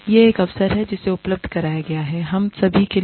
I यह एक अवसर है जिसे उपलब्ध कराया गया है हम सभी के लिए